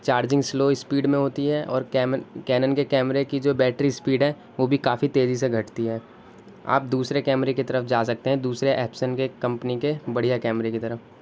charging slow speed میں ہوتی ہے اور کیمن کینن کے کیمرے کی جو بیٹری اسپیڈ ہے وہ بھی کافی تیزی سے گھٹتی ہے آپ دوسرے کیمرے کی طرف جا سکتے ہیں دوسرے ایپسن کے کمپنی کے بڑھیا کیمرے کی طرف